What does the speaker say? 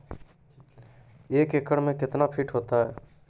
एक एकड मे कितना फीट होता हैं?